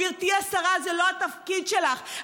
גברתי השרה, זה לא התפקיד שלך.